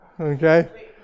Okay